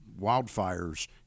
wildfires